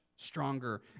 stronger